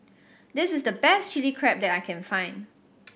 this is the best Chili Crab that I can find